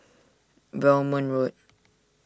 Belmont Road